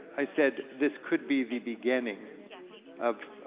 i said, this could be the beginning of